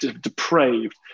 depraved